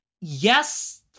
yes